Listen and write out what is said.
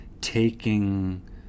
taking